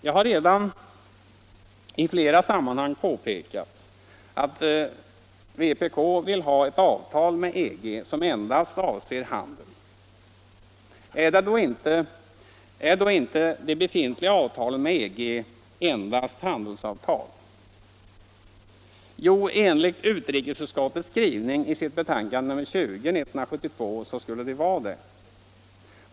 Jag har redan i flera sammanhang påpekat att vpk vill ha ett avtal med EG som endast avser handel. Är då inte de befintliga avtalen med EG endast handelsavtal? Jo, enligt utrikesutskottets skrivning i dess betänkande nr 20 år 1972 skulle de vara detta.